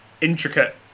intricate